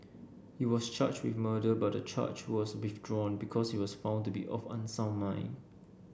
he was charged with murder but the charge was withdrawn because he was found to be of unsound mind